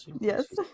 yes